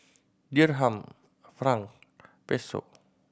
Dirham Franc Peso